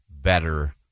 better